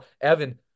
Evan